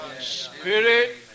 spirit